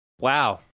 Wow